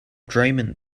dreaming